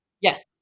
yes